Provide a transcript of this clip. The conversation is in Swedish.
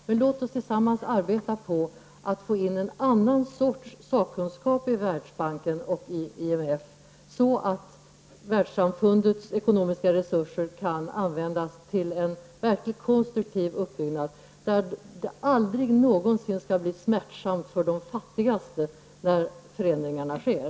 Men låt oss tillsammans arbeta för att få in en annan sorts sakkunskap i Världsbanken och i IMF, så att världssamfundets ekonomiska resurser kan användas till en verkligt konstruktiv uppbyggnad, där det aldrig någonsin får bli smärtsamt för de fattigaste när förändringarna sker.